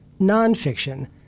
nonfiction